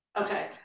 Okay